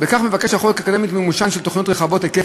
בכך מבקש החוק לקדם את מימושן של תוכניות רחבות היקף